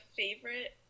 favorite